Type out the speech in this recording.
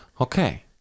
Okay